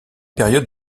période